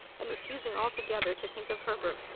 and refusing altogether to think of herbert.